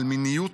על מיניות,